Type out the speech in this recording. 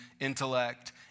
intellect